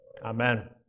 Amen